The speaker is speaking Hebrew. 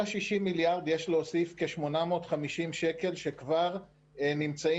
על ה-60 מיליארד שקלים יש להוסיף כ-850 שכבר נמצאים